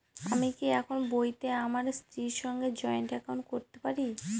আমি কি একই বইতে আমার স্ত্রীর সঙ্গে জয়েন্ট একাউন্ট করতে পারি?